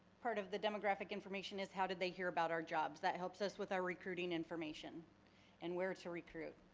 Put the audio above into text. part of the demographic information is how did they hear about our jobs? that helps us with our recruit ing information and where to recruit.